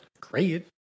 great